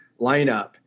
lineup